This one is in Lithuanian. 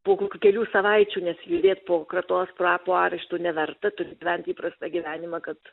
po kokių kelių savaičių nes lydėt po kratos po arešto neverta turi gyvent įprastą gyvenimą kad